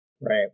Right